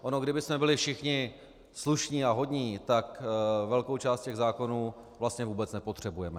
Ono kdybychom byli všichni slušní a hodní, tak velkou část těch zákonů vlastně vůbec nepotřebujeme.